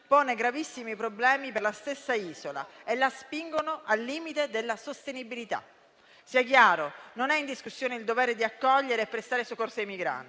pongono gravissimi problemi per la stessa isola e la spingono al limite della sostenibilità. Sia chiaro che non è in discussione il dovere di accogliere e prestare soccorso ai migranti;